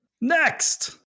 Next